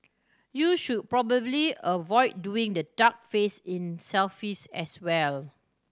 you should probably avoid doing the duck face in selfies as well